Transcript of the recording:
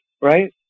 right